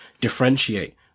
differentiate